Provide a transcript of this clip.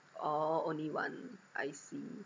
orh only one I see